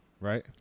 right